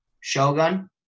shogun